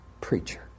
preacher